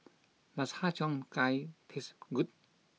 does Har Cheong Gai taste good